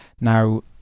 Now